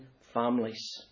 families